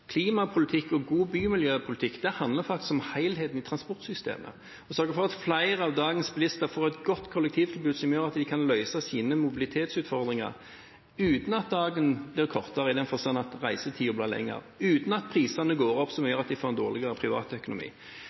Klimapolitikk og god bymiljøpolitikk handler faktisk om helheten i transportsystemet og sørger for at flere av dagens bilister får et godt kollektivtilbud, som gjør at de kan løse sine mobilitetsutfordringer uten at dagen blir kortere, i den forstand at reisetiden blir lengre, og uten at prisen går opp, som gjør at de får en dårligere